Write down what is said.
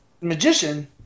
magician